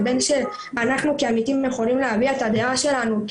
אנחנו כעמיתים יכולים להביא את הדעה שלנו,